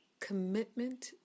commitment